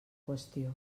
qüestió